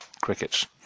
crickets